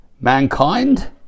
mankind